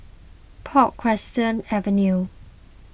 Portchester Avenue